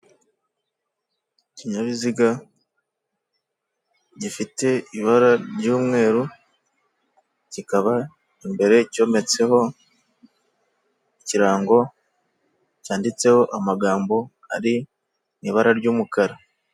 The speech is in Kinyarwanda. Ikinyabiziga gifite ibara ry'umweru kikaba imbere cyometseho ikirango cyanditseho amagambo ari mu ibara ry'umukara.